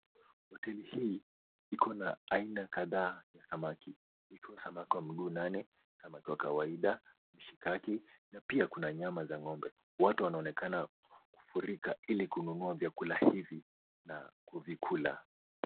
Hoteli hii iko na aina kadhaa ya samaki iko na samaki wa miguu nane , samaki wa kawaida, mshikaki na pia kuna nyama ya ng'ombe. Watu wanaonekana kufurika ili kununua vyakula hivi na kuvikula.